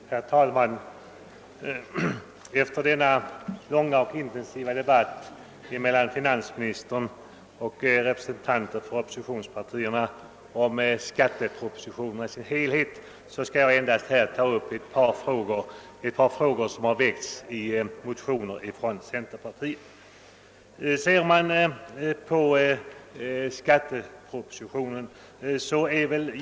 Herr talman! Efter denna långa och intensiva debatt mellan finansministern och representanter för oppositionspartierna om skattepropositionen i dess helhet skall jag endast ta upp ett par frågor som väckts i motioner från centerpartiet.